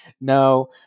No